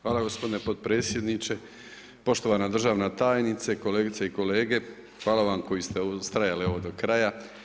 Hvala gospodine potpredsjedniče, poštovana državna tajnice, kolegice i kolege, hvala vam koji ste ustrajali evo do kraja.